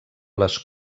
les